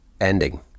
ending